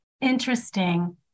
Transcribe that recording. Interesting